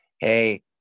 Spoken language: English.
hey